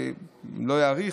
לא אאריך,